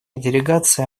делегация